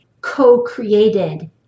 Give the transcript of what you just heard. co-created